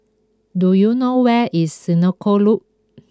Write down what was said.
do you know where is Senoko Loop